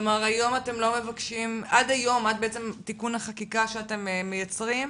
עד היום, עד תיקון החקיקה שאתם מייצרים,